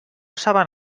saben